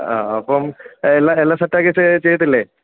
ആ അപ്പം എല്ലാം എല്ലാം സെറ്റാക്കി ചെയ്യത്തില്ലേ